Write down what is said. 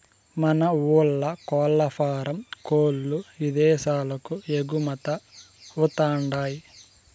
మన ఊర్ల కోల్లఫారం కోల్ల్లు ఇదేశాలకు ఎగుమతవతండాయ్